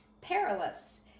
perilous